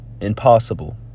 impossible